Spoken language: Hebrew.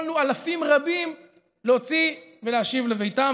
יכולנו אלפים רבים להוציא ולהשיב לביתם,